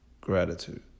gratitude